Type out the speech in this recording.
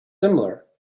similar